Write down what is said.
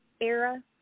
era